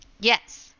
Yes